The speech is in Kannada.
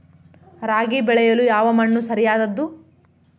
ರಾಗಿ ಬೆಳೆಯಲು ಯಾವ ಮಣ್ಣು ಸರಿಯಾದದ್ದು?